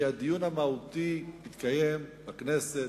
כי הדיון המהותי התקיים בכנסת,